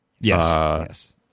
Yes